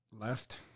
Left